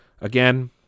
again